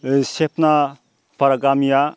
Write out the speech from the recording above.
सेबनाफारा गामिया